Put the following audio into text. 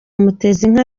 mutezinka